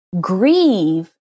grieve